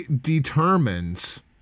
determines